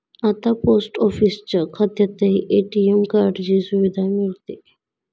आता पोस्ट ऑफिसच्या खात्यातही ए.टी.एम कार्डाची सुविधा मिळते